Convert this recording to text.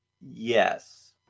yes